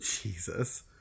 Jesus